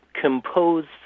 composed